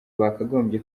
bakagombye